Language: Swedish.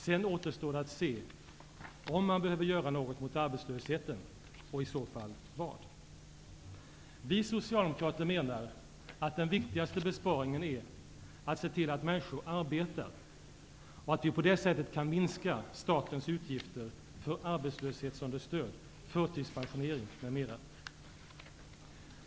Sedan återstår det att se om man behöver göra något åt arbetslösheten -- och i så fall vad. Vi socialdemokrater menar att den viktigaste besparingen är att se till att människor arbetar och att vi på det sättet kan minska statens utgifter för arbetslöshetsunderstöd, förtidspensionering m.m.